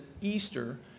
Easter